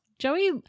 Joey